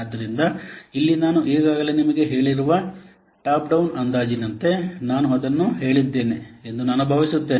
ಆದ್ದರಿಂದ ಇಲ್ಲಿ ನಾನು ಈಗಾಗಲೇ ನಿಮಗೆ ಹೇಳಿರುವ ಟಾಪ್ ಡೌನ್ ಅಂದಾಜಿನಂತೆ ನಾನು ಅದನ್ನು ಹೇಳಿದ್ದೇನೆ ಎಂದು ನಾನು ಭಾವಿಸುತ್ತೇನೆ